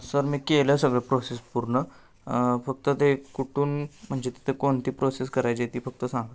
sir मी केलं सगळं प्रोसेस पूर्ण फक्त ते कुठून म्हणजे तिथं कोणती प्रोसेस करायची आहे ती फक्त सांगा